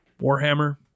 Warhammer